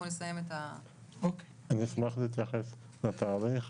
נסיים את --- אני אשמח להתייחס לתאריך